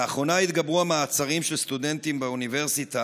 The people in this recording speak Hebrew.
לאחרונה התגברו המעצרים של סטודנטים באוניברסיטת